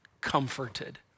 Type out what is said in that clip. comforted